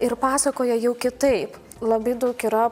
ir pasakoja jau kitaip labai daug yra